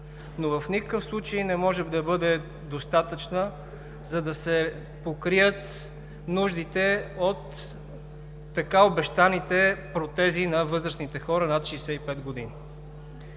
но в никакъв случай не може да бъде достатъчна, за да се покрият нуждите от обещаните протези на възрастните хора над 65 години.